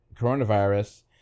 coronavirus